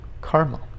karma